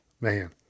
man